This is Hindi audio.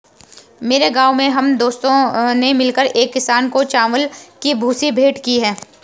मेरे गांव में हम दोस्तों ने मिलकर एक किसान को चावल की भूसी भेंट की